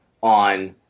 on